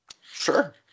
Sure